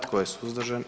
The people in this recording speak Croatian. Tko je suzdržan?